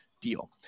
deal